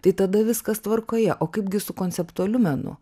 tai tada viskas tvarkoje o kaip gi su konceptualiu menu